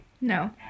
No